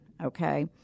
Okay